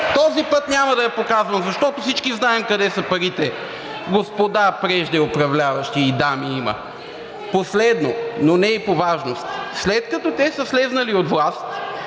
този път няма да я показвам, защото всички знаем къде са парите, господа преждеуправляващи и дами има. Последно, но не и по важност. След като те са слезли от власт,